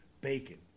Bacon